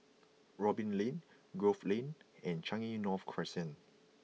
Robin Lane Grove Lane and Changi North Crescent